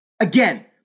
Again